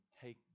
take